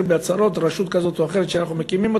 בהצהרות: רשות כזו או אחרת שאנחנו מקימים,